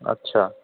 আচ্ছা